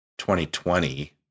2020